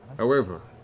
however,